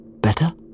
Better